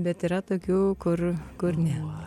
bet yra tokių kur kur ne